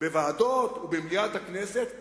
בוועדות ובמליאת הכנסת ונאבקנו,